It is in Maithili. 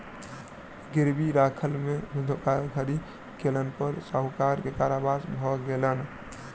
गिरवी राखय में धोखाधड़ी करै पर साहूकार के कारावास भ गेलैन